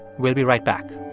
we'll be right back